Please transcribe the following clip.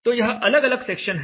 तो यह अलग अलग सेक्शन हैं